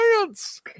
science